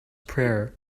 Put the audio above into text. prayer